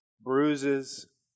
bruises